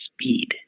speed